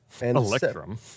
Electrum